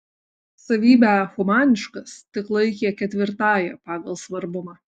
savybę humaniškas tik laikė ketvirtąja pagal svarbumą